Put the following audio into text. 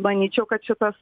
manyčiau kad šitas